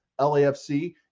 LAFC